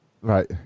Right